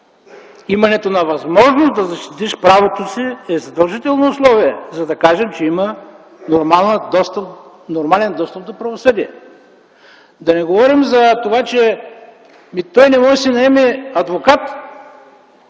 Имането на възможност да защитиш правото си е задължително условие, за да кажем, че има нормален достъп до правосъдие. Да не говорим за това, че той не може да си наеме адвокат.